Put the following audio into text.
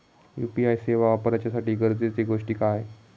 UPI सेवा वापराच्यासाठी गरजेचे गोष्टी काय?